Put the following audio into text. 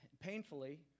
painfully